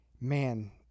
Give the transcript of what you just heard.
man